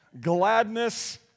gladness